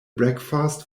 breakfast